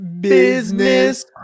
Business